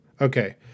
Okay